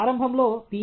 ప్రారంభంలో Ph